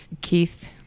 Keith